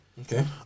Okay